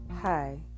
Hi